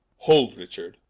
hold, richard,